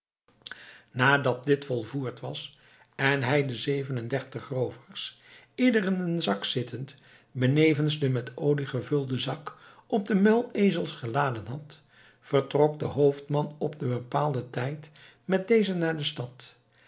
nadat dit volvoerd was en hij de zeven en dertig roovers ieder in een zak zittend benevens den met olie gevulden zak op de muilezels geladen had vertrok de hoofdman op den bepaalden tijd met deze naar de stad